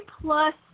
plus